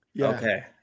Okay